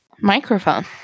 microphone